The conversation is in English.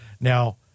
now